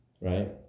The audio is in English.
right